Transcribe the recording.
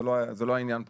זה לא העניין פה,